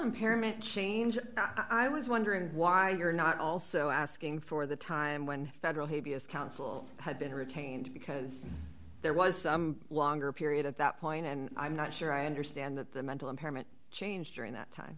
impairment change i was wondering why you're not also asking for the time when federal habeas counsel had been retained because there was a longer period at that point and i'm not sure i understand that the mental impairment changed during that time